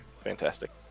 Fantastic